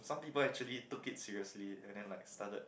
some people actually took it seriously and then like started